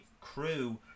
crew